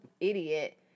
idiot